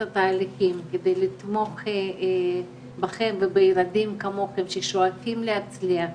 התהליכים כדי לתמוך בכם ובילדים כמוכם ששואפים להצליח,